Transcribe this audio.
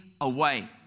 away